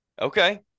Okay